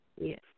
Yes